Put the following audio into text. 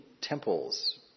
temples